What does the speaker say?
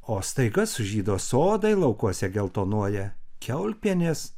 o staiga sužydo sodai laukuose geltonuoja kiaulpienės